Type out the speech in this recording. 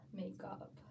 makeup